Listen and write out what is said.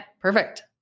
Perfect